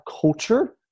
culture